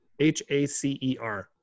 hacer